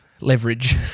leverage